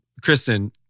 Kristen